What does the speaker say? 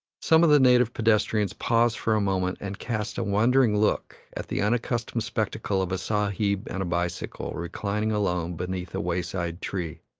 some of the native pedestrians pause for a moment and cast a wondering look at the unaccustomed spectacle of a sahib and a bicycle reclining alone beneath a wayside tree.